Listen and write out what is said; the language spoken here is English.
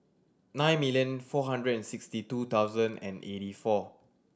nine million four hundred and sixty two thousand and eighty four